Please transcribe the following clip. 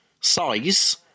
size